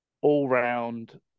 all-round